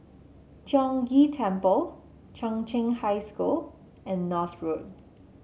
Tiong Ghee Temple Chung Cheng High School and North Road